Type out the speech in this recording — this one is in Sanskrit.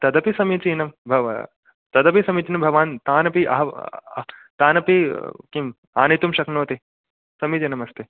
तदपि समीचीनं भव् तदपि समीचीनं भवान् तानपि आह्व तानपि किं आनेतुं शक्नोति समीचीनमस्ति